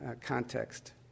context